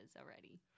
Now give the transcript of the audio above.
already